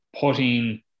putting